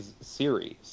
series